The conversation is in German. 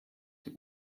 die